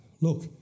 look